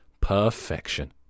perfection